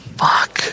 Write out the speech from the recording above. fuck